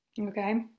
Okay